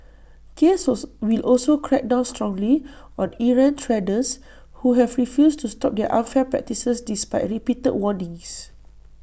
case also will also crack down strongly on errant traders who have refused to stop their unfair practices despite repeated warnings